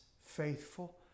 faithful